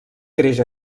creix